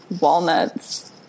walnuts